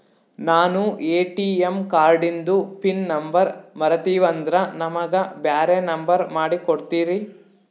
ನಾನು ಎ.ಟಿ.ಎಂ ಕಾರ್ಡಿಂದು pin number ಮರತೀವಂದ್ರ ನಮಗ ಬ್ಯಾರೆ ನಂಬರ್ ಮಾಡಿ ಕೊಡ್ತೀರಿ?